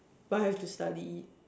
but I have to study